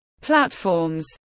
platforms